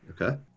okay